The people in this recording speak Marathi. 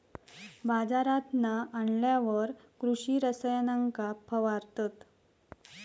बाजारांतना आणल्यार कृषि रसायनांका फवारतत